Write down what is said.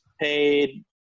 paid